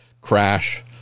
crash